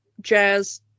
jazz